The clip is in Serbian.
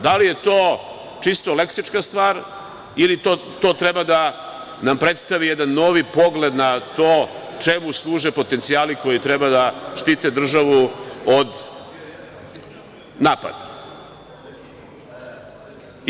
Da li je to čisto leksička stvar ili to treba da nam predstavi jedan novi pogled na to čemu služe potencijali koji treba da štite državu od napada?